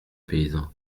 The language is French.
paysan